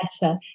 better